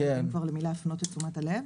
יודעים כבר למי להפנות את תשומת הלב,